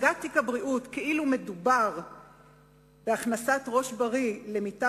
הצגת תיק הבריאות כהכנסת ראש בריא למיטה